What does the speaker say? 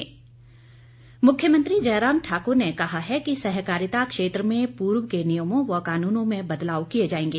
मुख्यमंत्री मुख्यमंत्री जयराम ठाकुर ने कहा है कि सहकारिता क्षेत्र में पूर्व के नियमों व कानूनों में बदलाव किए जाएंगे